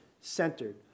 centered